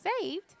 saved